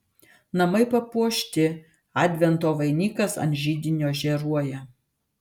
namai papuošti advento vainikas ant židinio žėruoja